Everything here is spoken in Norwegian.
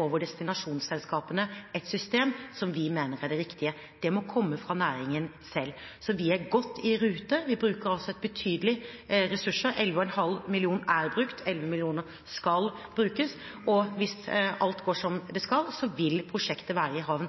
over destinasjonsselskapene et system som vi mener er det riktige. Det må komme fra næringen selv. Vi er godt i rute. Vi bruker betydelig ressurser. 11,5 mill. kr er brukt, 11 mill. kr skal brukes. Hvis alt går som det skal, vil prosjektet være i havn